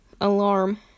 Alarm